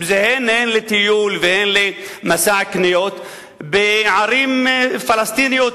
הן לטיול והן למסע קניות בערים פלסטיניות,